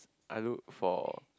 I look for